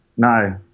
No